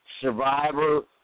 Survivor